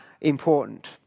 important